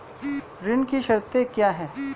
ऋण की शर्तें क्या हैं?